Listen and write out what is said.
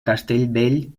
castellbell